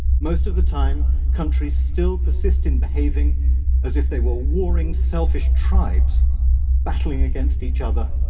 most of the time, countries still persist in behaving as if they were warring, selfish tribes battling against each other,